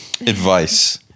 Advice